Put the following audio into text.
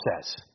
says